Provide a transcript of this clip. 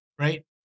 right